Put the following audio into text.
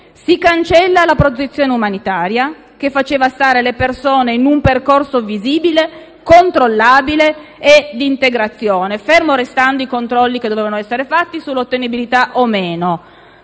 Si cancella la protezione umanitaria, che inseriva le persone in un percorso visibile, controllabile e d'integrazione, fermi restando i controlli che dovevano essere effettuati sull'ottenibilità. Non